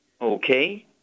Okay